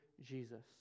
Jesus